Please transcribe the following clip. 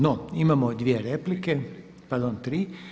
No, imamo dvije replike, pardon tri.